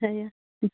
হেৰি